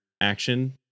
action